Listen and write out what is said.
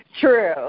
True